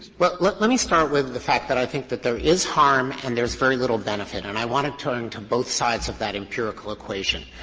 but let let me start with the fact that i think that there is harm and there is very little benefit, and i want to turn to both sides of that empirical equation.